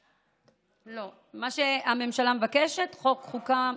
מה שהממשלה מבקשת זה ועדת חוקה,